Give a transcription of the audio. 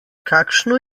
kakšno